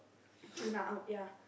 Hyuna out ya